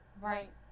Right